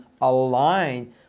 align